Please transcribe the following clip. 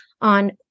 on